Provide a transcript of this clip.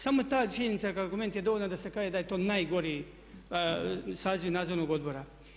Samo ta činjenica kao argument je dovoljna da se kaže da je to najgori saziv Nadzornog odbora.